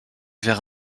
vers